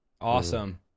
awesome